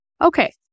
Okay